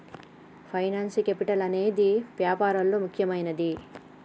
finance capital అనేదే వ్యాపారాల్లో ముఖ్యమైనది